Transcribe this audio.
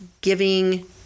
giving